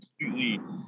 completely